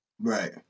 Right